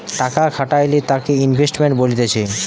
টাকা খাটাইলে তাকে ইনভেস্টমেন্ট বলতিছে